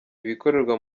ibikorerwa